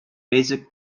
basic